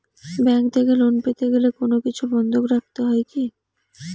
Bank থেকে loan পেতে গেলে কোনো কিছু বন্ধক রাখতে হয় কি?